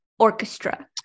orchestra